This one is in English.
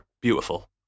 beautiful